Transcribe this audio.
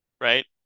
right